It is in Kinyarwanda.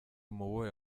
muwuhe